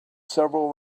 several